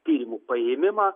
tyrimų paėmimą